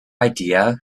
idea